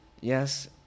yes